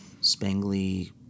spangly